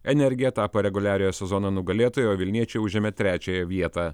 energija tapo reguliariojo sezono nugalėtojai o vilniečiai užėmė trečiąją vietą